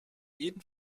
jeden